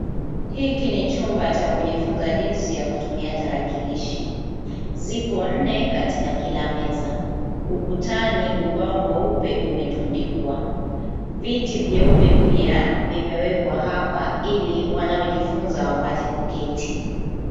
Hiki ni chumba cha kujifunza jinsi ya kutumia tarakilishi. Zipo nne katika kila meza. Ukutani ubao mweupe umetundikwa. Viti vyeupe pia vimewekwa hapa ili wanaojifunza wapate kuketi.